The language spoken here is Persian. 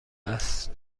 است